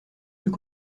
deux